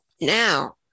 Now